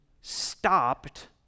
stopped